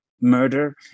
murder